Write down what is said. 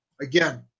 again